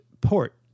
port